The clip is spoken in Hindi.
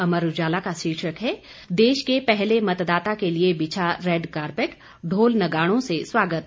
अमर उजाला का शीर्षक है देश के पहले मतदाता के लिये बिछा रेड कारपेट ढोल नगाड़ों से स्वागत